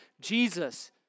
Jesus